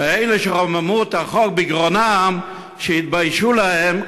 ואלה שרוממו את החוק בגרונם, שיתביישו להם.